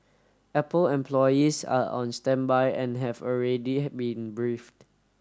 Apple employees are on standby and have already been briefed